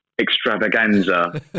extravaganza